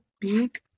big